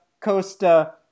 Costa